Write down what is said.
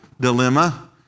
dilemma